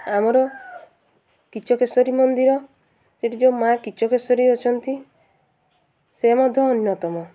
ଆମର କିଚକେଶ୍ୱରୀ ମନ୍ଦିର ସେଠି ଯୋଉ ମାଁ କିଚକେଶ୍ୱରୀ ଅଛନ୍ତି ସେ ମଧ୍ୟ ଅନ୍ୟତମ